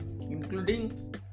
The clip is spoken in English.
including